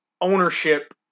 ownership